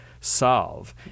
solve